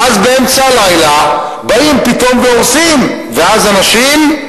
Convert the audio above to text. ואז, באמצע הלילה, באים פתאום והורסים, ואז אנשים,